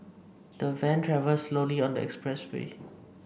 the van travelled slowly on the expressway